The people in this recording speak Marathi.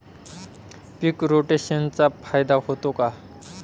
पीक रोटेशनचा फायदा होतो का?